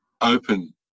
open